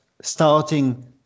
starting